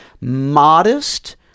modest